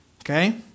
okay